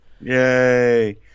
yay